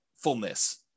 Fullness